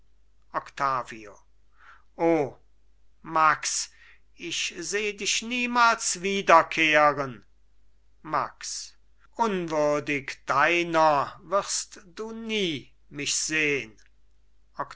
octavio o max ich seh dich niemals wiederkehren max unwürdig deiner wirst du nie mich sehn